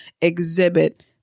exhibit